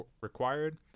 required